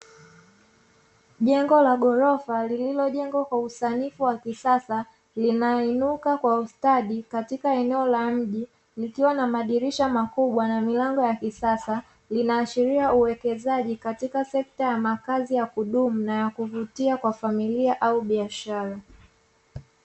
Jengo la ghorofa lililojengwa kwa usanifu wa kisasa, linainuka kwa ustadi katika eneo la mji, likiwa na madirisha makubwa na milango ya kisasa, linaashiria uwekezaji katika sekta ya makazi ya kudumu na yakuvutia kwa familia au biashara.